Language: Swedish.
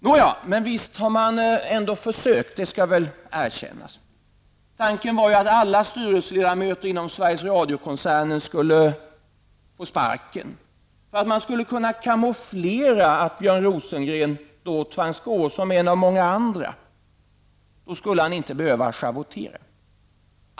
Nåja, men visst har man försökt. Det skall väl erkännas. Tanken var ju att alla styrelseledamöter inom Sveriges Radio-koncernen skulle få sparken för att man skulle kunna kamouflera att Björn Rosengren tvangs gå som en av många andra. Då skulle han inte behöva schavottera.